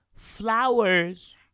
Flowers